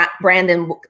Brandon